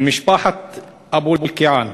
ממשפחת אבו אלקיעאן,